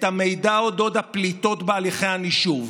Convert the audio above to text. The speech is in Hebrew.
את המידע על אודות הפליטות בהליכי הנישוב,